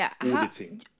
auditing